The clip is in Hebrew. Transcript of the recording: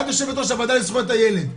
את יושבת ראש הועדה לזכויות הילד,